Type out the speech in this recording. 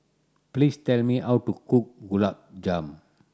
please tell me how to cook Gulab Jamun